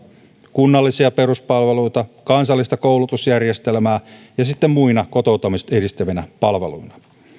kunnallisia peruspalveluita kansallista koulutusjärjestelmää ja sitten muina kotoutumista edistävinä palveluina